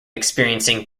experiencing